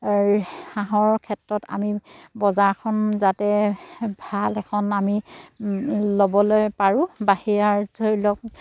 হাঁহৰ ক্ষেত্ৰত আমি বজাৰখন যাতে ভাল এখন আমি ল'বলৈ পাৰোঁ সেয়া ধৰি লওক